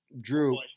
Drew